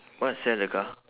what sell the car